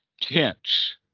Tense